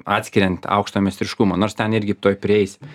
atskiriant aukštą meistriškumą nors ten irgi tuoj prieis